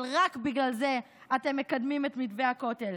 אבל רק בגלל זה אתם מקדמים את מתווה הכותל,